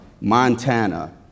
Montana